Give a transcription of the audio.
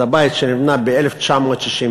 זה בית שנבנה ב-1969,